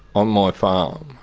on my farm,